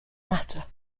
matter